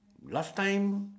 last time